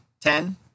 ten